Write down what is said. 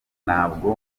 ntabwo